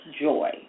Joy